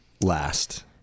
last